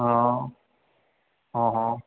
हा हा